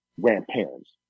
grandparents